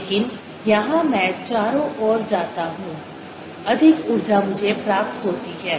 लेकिन यहां मैं चारों ओर जाता हूं अधिक ऊर्जा मुझे प्राप्त होती है